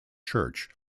church